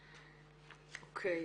אוקיי.